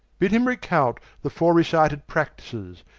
bid him recount the fore-recited practises,